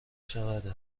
چقدر